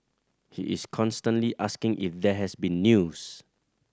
he is constantly asking if there has been news